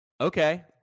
okay